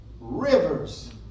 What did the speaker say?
rivers